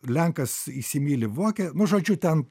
lenkas įsimyli voke nu žodžiu ten